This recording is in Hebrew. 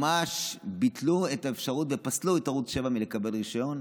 ממש ביטלו את האפשרות ופסלו את ערוץ 7 מלקבל רישיון.